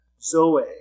zoe